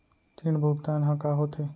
ऋण भुगतान ह का होथे?